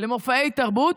למופעי תרבות,